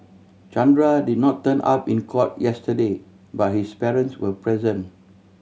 Chandra did not turn up in court yesterday but his parents were present